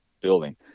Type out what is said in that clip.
building